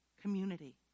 community